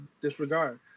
disregard